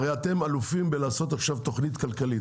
הרי, אתם אלופים בלעשות תכנית כלכלית.